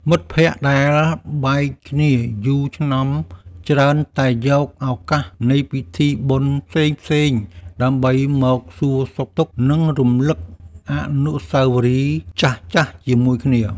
មិត្តភក្តិដែលបែកគ្នាយូរឆ្នាំច្រើនតែយកឱកាសនៃពិធីបុណ្យផ្សេងៗដើម្បីមកសួរសុខទុក្ខ និងរំលឹកអនុស្សាវរីយ៍ចាស់ៗជាមួយគ្នា។